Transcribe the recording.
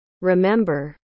Remember